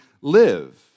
live